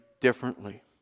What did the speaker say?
differently